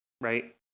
right